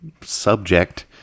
subject